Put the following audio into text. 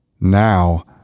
Now